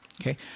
Okay